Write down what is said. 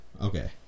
Okay